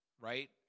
right